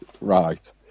right